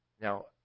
Now